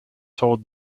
told